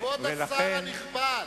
השר הנכבד,